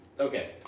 Okay